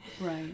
right